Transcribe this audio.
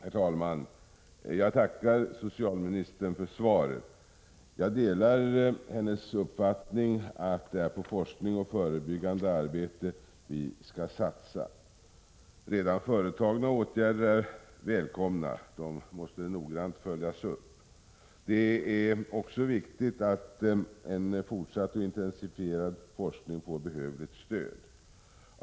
Herr talman! Jag tackar socialministern för svaret. Jag delar hennes uppfattning att det är på områdena forskning och förebyggande arbete som vi skall satsa. Redan företagna åtgärder är välkomna. De måste noggrant följas upp. Det är också viktigt att en fortsatt och intensifierad forskning får behövligt stöd.